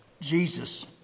Jesus